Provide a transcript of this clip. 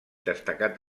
destacat